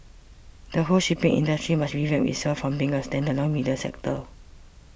the whole shipping industry must revamp itself from being a standalone middle sector